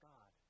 God